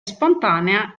spontanea